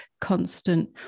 constant